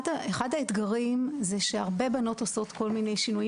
אחד האתגרים זה שהרבה בנים בנות עושות כל מיני שינויים